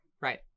right